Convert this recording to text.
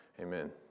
Amen